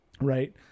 right